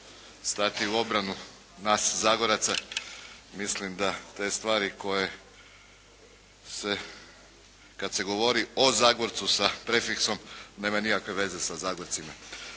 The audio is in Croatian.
stati u obranu nas Zagoraca i mislim da te stvari koje se kada se govori o Zagorcu sa prefiksom nema nikakve veze sa Zagorcima.